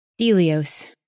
Delios